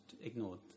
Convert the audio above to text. ignored